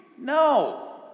No